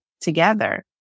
together